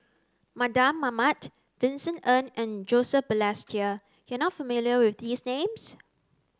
Mardan Mamat Vincent Ng and Joseph Balestier you are not familiar with these names